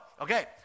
okay